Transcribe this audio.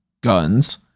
guns